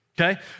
okay